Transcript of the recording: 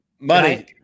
Money